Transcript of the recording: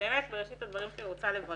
באמת --- כבר יש לי את הדברים שאני רוצה לברך